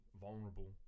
vulnerable